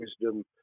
wisdom